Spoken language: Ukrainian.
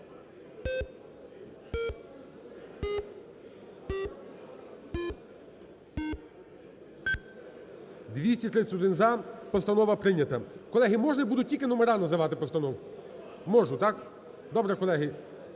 За-231 Постанова прийнята. Колеги, можна я буду тільки номери називати постанов? Можу, так? Добре, колеги.